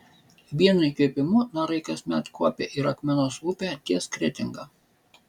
vienu įkvėpimu narai kasmet kuopia ir akmenos upę ties kretinga